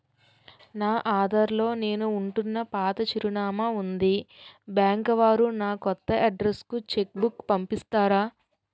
నా ఆధార్ లో నేను ఉంటున్న పాత చిరునామా వుంది బ్యాంకు వారు నా కొత్త అడ్రెస్ కు చెక్ బుక్ పంపిస్తారా?